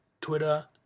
Twitter